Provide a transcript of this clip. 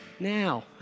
now